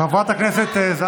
חברת הכנסת זנדברג.